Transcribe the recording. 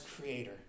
Creator